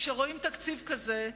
כשרואים תקציב כזה,